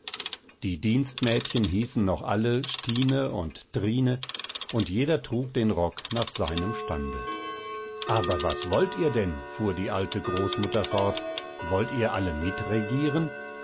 die dienstmädchen hießen noch alle stine und trine und jeder trug den rock nach seinem stande aber was wollt ihr denn fuhr die alte großmutter fort wollt ihr alle mitregieren